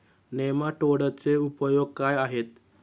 नेमाटोडचे उपयोग काय आहेत?